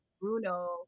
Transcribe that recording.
Bruno